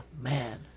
man